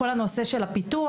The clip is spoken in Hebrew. כל הנושא של הפיתוח.